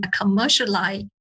commercialize